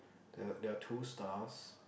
there there are two stars